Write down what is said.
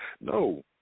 No